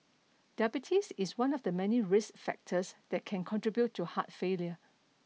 diabetes is one of the many risk factors that can contribute to heart failure